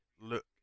look